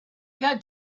got